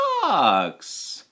sucks